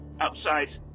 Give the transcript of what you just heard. outside